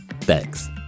Thanks